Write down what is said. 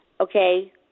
Okay